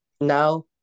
now